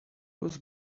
was